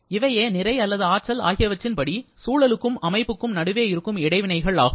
இவையே நிறை அல்லது ஆற்றல் ஆகியவற்றின் படி சூழலுக்கும் அமைப்புக்கும் நடுவே இருக்கும் இடைவினைகள் ஆகும்